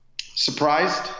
surprised